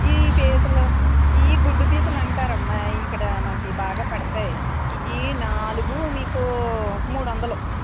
ఈ పీతలు ఇవి గుడ్డు పీతలంటారమ్మా ఇక్కడ మనకి బాగా పడతాయి ఇవి నాలుగు మీకు మూడు వందలు